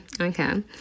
okay